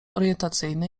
orientacyjny